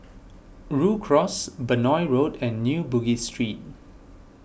Rhu Cross Benoi Road and New Bugis Street